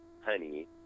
Honey